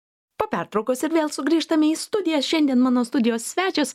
po pertraukos ir vėl sugrįžtame į studiją šiandien mano studijos svečias